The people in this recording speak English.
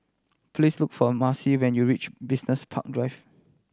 please look for Maci when you reach Business Park Drive